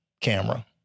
camera